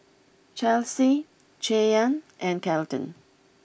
Chelsey Cheyanne and Kelton